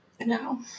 No